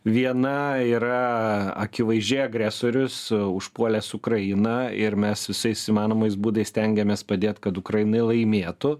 viena yra akivaizdžiai agresorius užpuolęs ukrainą ir mes visais įmanomais būdais stengiamės padėt kad ukraina laimėtų